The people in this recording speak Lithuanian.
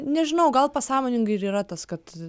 nežinau gal pasąmoningai ir yra tas kad